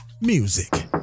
music